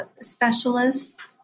specialists